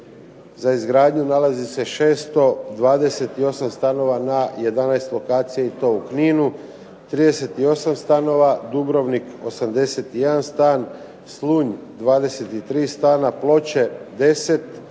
za izgradnje nalazi se 628 stanova na 11 lokacija i to u Kninu 38 stanova, Dubrovnik 81 stan, Slunj 23 stana, Ploče 10 stanova,